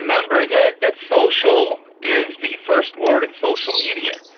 remember that that social is the first word in social media.